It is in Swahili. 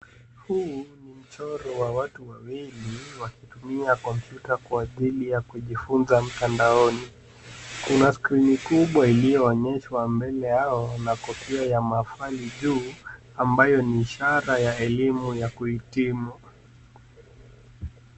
Huu ni mchoro wa watu wawili wakitumia kompyuta kwa ajili ya kujifunza mtandaoni. Kuna skrini kubwa iliyoonyeshwa mbele yao na kofia ya mahafali juu ambayo ni ishara ya elimu ya kuhitimu.